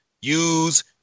use